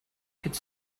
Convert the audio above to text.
could